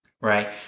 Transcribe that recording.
right